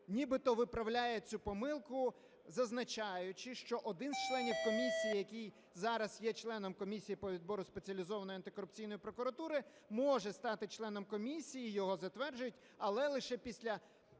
нібито виправляє цю помилку, зазначаючи, що один з членів комісії, який зараз є членом по відбору Спеціалізованої антикорупційної прокуратури може стати членом комісії, його затверджують, але лише після